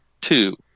two